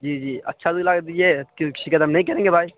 جی جی اچھا دودھ لا کے دیجیے کیونکہ شکایت ہم نہیں کریں گے بھائی